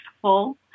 full